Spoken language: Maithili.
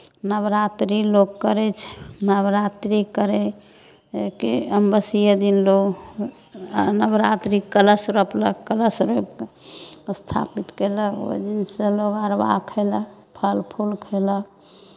नवरात्रि लोक करै छै नवरात्रि करयके अमावस्ये दिन लोक नवरात्रि कलश रोपलक कलश रोपि कऽ स्थापित कयलक ओहि दिनसँ लोक अरबा खयलक फल फूल खयलक